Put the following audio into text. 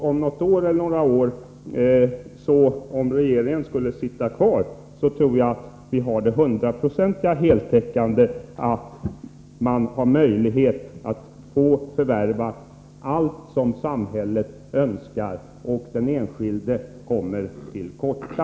Om regeringen skulle sitta kvar, kommer det om något eller några år att finnas 100-procentig täckning för att samhället skall kunna förvärva allt det önskar, och den enskilde kommer till korta.